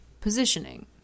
positioning